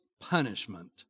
punishment